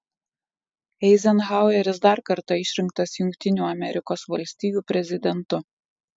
eizenhaueris dar kartą išrinktas jungtinių amerikos valstijų prezidentu